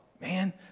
man